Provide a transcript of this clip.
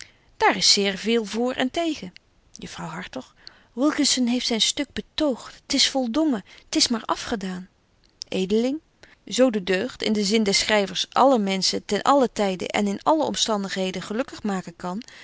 daar is zeer veel voor en tegen juffrouw hartog wilkinson heeft zyn stuk betoogt t is voldongen t is maar afgedaan edeling zo de deugd in den zin des schryvers alle menschen ten allen tyde en in alle omstandigheden gelukkig maken kan